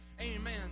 Amen